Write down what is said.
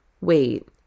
Wait